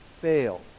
fail